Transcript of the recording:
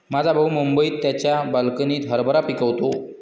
माझा भाऊ मुंबईत त्याच्या बाल्कनीत हरभरा पिकवतो